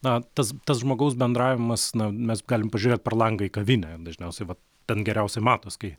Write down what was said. na tas tas žmogaus bendravimas na mes galim pažiūrėt per langą į kavinę dažniausiai vat ten geriausiai matos kai